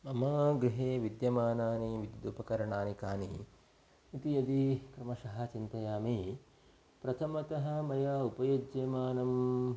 मम गृहे विद्यमानानि विद्युपकरणानि कानि इति यदि क्रमशः चिन्तयामि प्रथमतः मया उपयुज्यमानं